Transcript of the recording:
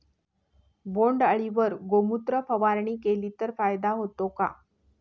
बोंडअळीवर गोमूत्र फवारणी केली तर फायदा होतो का?